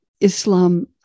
Islam